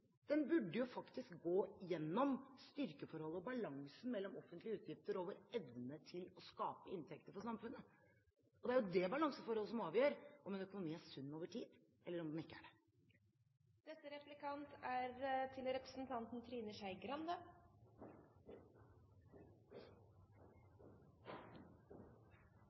Den burde jo faktisk gå gjennom styrkeforholdet og balansen mellom offentlige utgifter og vår evne til å skape inntekter for samfunnet. Det er det balanseforholdet som avgjør om en økonomi er sunn over tid, eller om den ikke er det. Jeg regner med at representanten Jensen var her da jeg stilte spørsmålet til